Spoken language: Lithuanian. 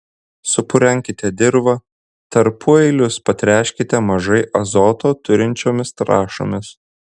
supurenkite dirvą tarpueilius patręškite mažai azoto turinčiomis trąšomis